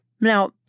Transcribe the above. Now